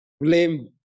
blame